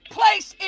place